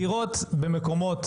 דירות במקומות